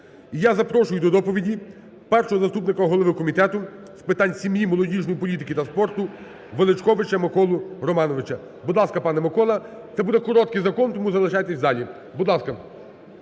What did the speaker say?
Я запрошую до доповіді першого заступника голови Комітету з питань сім'ї молодіжної політики та спорту Величковича Миколу Романовича. Будь ласка, пане Микола, це буде короткий закон тому залишайтесь в залі. Будь ласка.